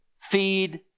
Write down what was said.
feed